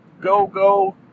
go-go